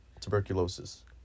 tuberculosis